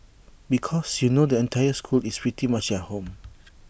because you know the entire school is pretty much at home